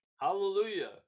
Hallelujah